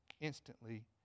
instantly